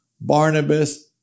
Barnabas